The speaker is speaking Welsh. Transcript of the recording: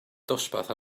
dosbarth